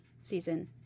season